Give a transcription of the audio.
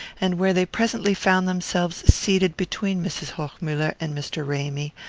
and where they presently found themselves seated between mrs. hochmuller and mr. ramy,